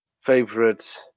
favorite